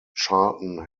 charlton